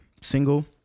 single